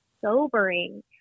sobering